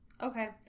Okay